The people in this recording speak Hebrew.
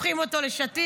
הופכים אותו לשטיח.